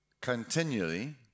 continually